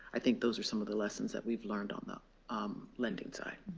i think those are some of the lessons that we've learned on the um lending side.